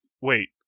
wait